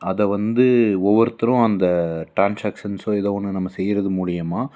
அதை வந்து ஒவ்வொருத்தரும் அந்த ட்ரான்செக்சன்ஸோ ஏதோ ஒன்று நம்ம செய்கிறது மூலிமா